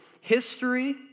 history